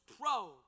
Pro